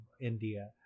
India